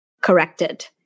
corrected